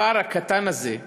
הפער הקטן הזה,